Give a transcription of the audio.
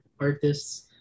artists